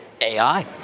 AI